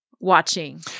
watching